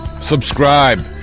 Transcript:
Subscribe